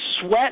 sweat